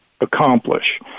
accomplish